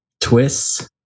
twists